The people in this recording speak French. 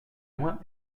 loin